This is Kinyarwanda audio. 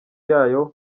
yayo